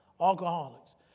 alcoholics